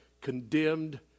condemned